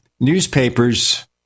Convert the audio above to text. Newspapers